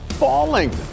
Falling